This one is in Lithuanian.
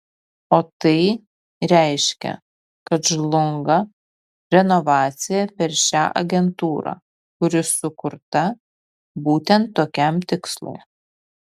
o tai reiškia kad žlunga renovacija per šią agentūrą kuri sukurta būtent tokiam tikslui